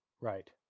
Right